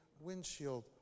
windshield